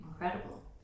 incredible